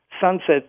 Sunset